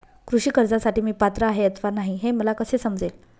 कृषी कर्जासाठी मी पात्र आहे अथवा नाही, हे मला कसे समजेल?